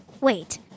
Wait